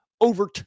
over